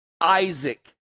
Isaac